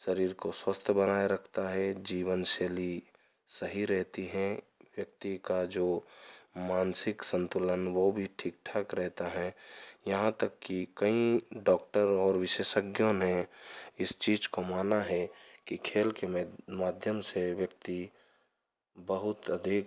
शरीर को स्वस्थ बनाए रखता है जीवन शैली सही रहती है व्यक्ति का जो मानसिक संतुलन वह भी ठीक ठाक रहता है यहाँ तक कि कई डॉक्टर और विशेषज्ञों ने इस चीज़ को माना है कि खेल के माध्यम से व्यक्ति बहुत अधिक